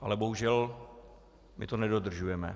Ale bohužel to nedodržujeme.